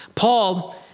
Paul